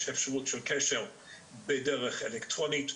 יש אפשרות של קשר בדרך אלקטרונית.